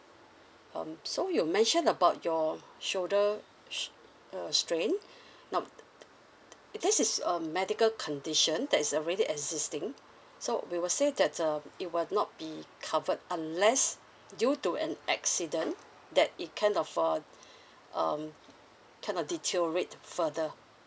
um so you mention about your shoulder s~ uh strain now this is a medical condition that's already existing so we will say that uh it will not be covered unless due to an accident that it kind of for um kind of deteriorate further